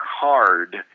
hard